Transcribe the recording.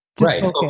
Right